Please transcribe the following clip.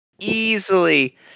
easily